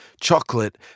Chocolate